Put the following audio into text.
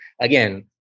again